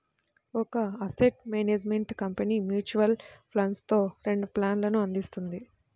ఒక asset management company mutual ఫండ్స్లో రెండు ప్లాన్లను అందిస్తుంది